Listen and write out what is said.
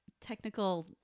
technical